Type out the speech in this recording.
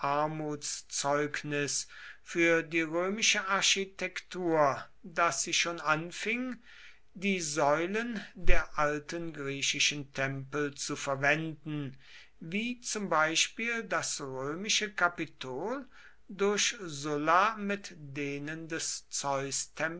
armutszeugnis für die römische architektur daß sie schon anfing die säulen der alten griechischen tempel zu verwenden wie zum beispiel das römische kapitol durch sulla mit denen des